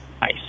Nice